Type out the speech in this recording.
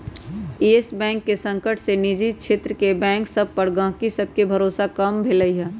इयस bank के संकट से निजी क्षेत्र के बैंक सभ पर गहकी सभके भरोसा कम भेलइ ह